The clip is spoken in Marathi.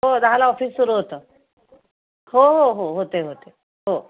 हो दहाला ऑफिस सुरू होतं हो हो हो होते होते हो